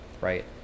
Right